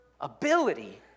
ability